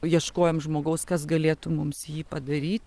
ieškojom žmogaus kas galėtų mums jį padaryt